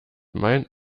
mein